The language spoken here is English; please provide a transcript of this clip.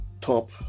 top